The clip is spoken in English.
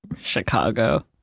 chicago